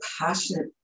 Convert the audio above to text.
passionate